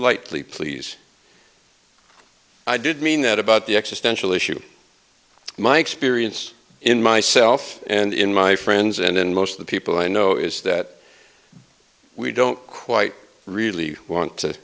lightly please i did mean that about the existential issue my experience in myself and in my friends and in most of the people i know is that we don't quite really want to